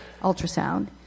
ultrasound